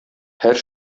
һәр